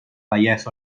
vallès